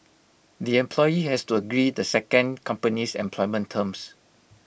the employee has to agree the second company's employment terms